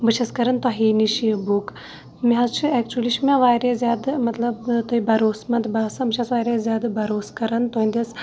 بہٕ چھَس کَران تۄہے نِش یہِ بُک مےٚ حظ چھُ اٮ۪کچُلی چھِ مےٚ واریاہ زیادٕ مطلب تُہۍ بروس منٛد باسان بہٕ چھَس واریاہ زیادٕ بروس کَران تُہٕنٛدِس